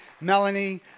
Melanie